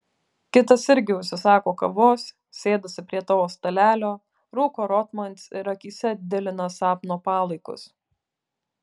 kitas irgi užsisako kavos sėdasi prie tavo stalelio rūko rotmans ir akyse dilina sapno palaikus